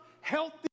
healthy